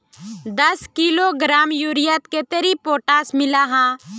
दस किलोग्राम यूरियात कतेरी पोटास मिला हाँ?